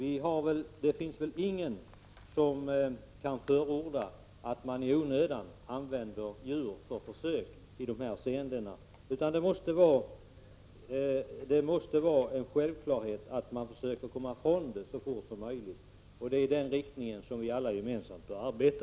Det finns väl ingen som kan förorda att man i onödan skall använda djur för försök. Det måste vara en självklarhet att man försöker komma ifrån dessa djurförsök så fort som möjligt. Det är i denna riktning som vi alla gemensamt bör arbeta.